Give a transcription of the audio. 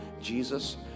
Jesus